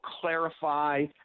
clarify